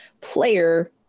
player